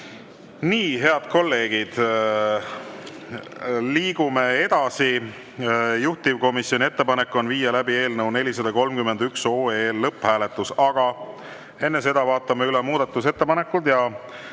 head kolleegid, liigume edasi. Juhtivkomisjoni ettepanek on viia läbi eelnõu 431 lõpphääletus. Aga enne seda vaatame üle muudatusettepanekud.